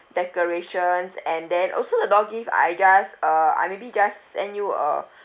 decorations and then also the door gift I just uh I maybe just send you uh